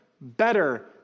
better